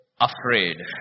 afraid